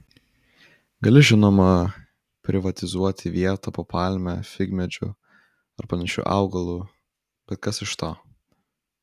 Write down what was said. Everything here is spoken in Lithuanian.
gali žinoma privatizuoti vietą po palme figmedžiu ar panašiu augalu bet kas iš to